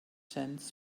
tents